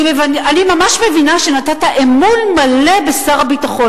אני ממש מבינה שנתת אמון מלא בשר הביטחון,